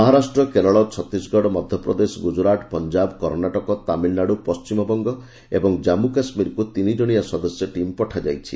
ମହାରାଷ୍ଟ୍ର କେରଳ ଛତିଶଗଡ଼ ମଧ୍ୟପ୍ରଦେଶ ଗୁଜରାଟ ପଞ୍ଜାବ କର୍ଣ୍ଣାଟକ ତାମିଲନାଡୁ ପଶ୍ଚିମବଙ୍ଗ ଏବଂ ଜାନ୍ଷୁ କାଶ୍ମୀରକୁ ତିନି ଜଣିଆ ସଦସ୍ୟ ଟିମ୍ ପଠାଯାଇଛି